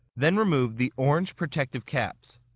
then remove the orange protective caps.